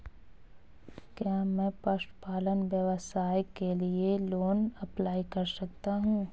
क्या मैं पशुपालन व्यवसाय के लिए लोंन अप्लाई कर सकता हूं?